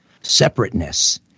separateness